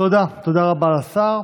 תודה רבה לשר.